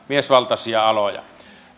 miesvaltaisia aloja